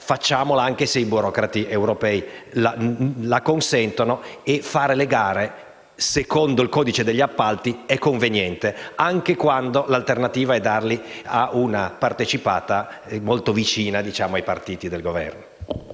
facciamola anche se i burocrati europei non la consentono. Inoltre, fare le gare secondo il codice degli appalti è conveniente, anche quando l'alternativa è darli a una partecipata molto vicina ai partiti di Governo.